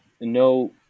No